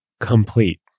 complete